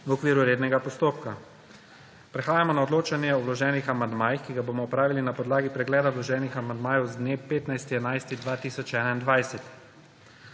v okviru rednega postopka. Prehajamo na odločanje o vloženih amandmajih, ki ga bomo opravili na podlagi pregleda vloženih amandmajev z dne 15. 11. 2021.